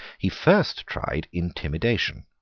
he first tried intimidation.